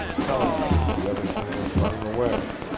telling him the other thing was running away!